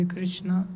Krishna